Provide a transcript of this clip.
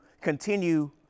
continue